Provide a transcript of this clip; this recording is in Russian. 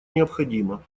необходима